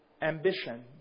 ambition